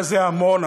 מה זה עמונה?